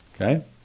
Okay